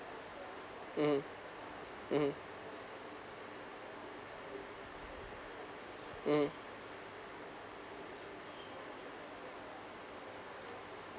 mmhmm mmhmm